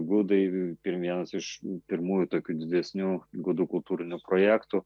gudai ir vienas iš pirmųjų tokių didesnių gudų kultūrinių projektų